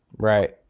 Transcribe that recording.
Right